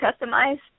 customize